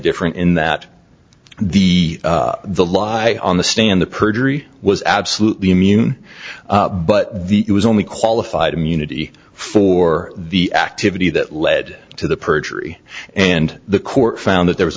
different in that the the lie on the stand the perjury was absolutely immune but the it was only qualified immunity for the activity that led to the perjury and the court found that there was